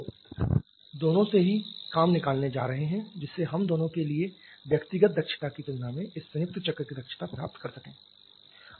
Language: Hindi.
लेकिन हम इन दोनों से ही काम निकालने जा रहे हैं जिससे हम दोनों के लिए व्यक्तिगत दक्षता की तुलना में इस संयुक्त चक्र की दक्षता प्राप्त कर सकें